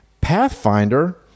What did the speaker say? Pathfinder